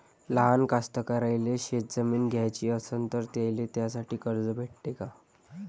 लहान कास्तकाराइले शेतजमीन घ्याची असन तर त्याईले त्यासाठी कर्ज भेटते का?